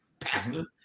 Pastor